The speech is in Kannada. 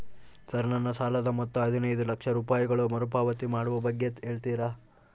ಸರ್ ನನ್ನ ಸಾಲದ ಮೊತ್ತ ಹದಿನೈದು ಲಕ್ಷ ರೂಪಾಯಿಗಳು ಮರುಪಾವತಿ ಮಾಡುವ ಬಗ್ಗೆ ಹೇಳ್ತೇರಾ?